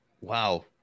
Wow